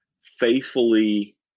faithfully